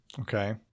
Okay